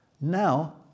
Now